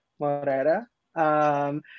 Moreira